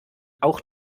auch